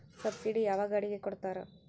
Subsidy ಯಾವ ಗಾಡಿಗೆ ಕೊಡ್ತಾರ?